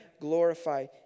glorify